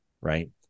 right